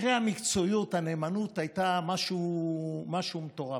אחרי המקצועיות, הנאמנות הייתה משהו מטורף.